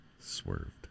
Swerved